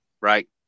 right